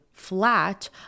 Flat